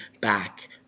back